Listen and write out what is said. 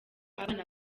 abana